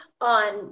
on